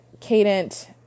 cadent